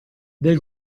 del